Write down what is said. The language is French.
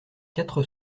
quatre